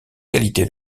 qualité